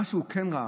מה שהוא כן ראה.